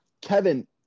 Kevin